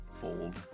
Fold